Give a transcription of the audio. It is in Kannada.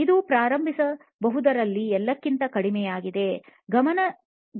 ಇದು ಪ್ರಾರಂಭಿಸಬಹುದಾದರಲ್ಲಿ ಎಲ್ಲಕ್ಕಿಂತ ಕಡಿಮೆ ಯಾಗಿದೆ